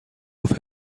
جفت